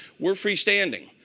we're free standing.